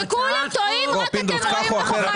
שכולם טועים ורק אתם לא טועים.